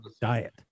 diet